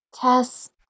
Tess